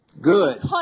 Good